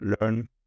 learn